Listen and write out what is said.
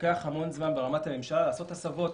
לוקח הרבה זמן ברמת הממשלה לעשות הסבות.